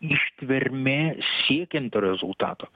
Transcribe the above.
ištvermė siekiant rezultato